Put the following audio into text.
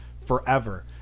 forever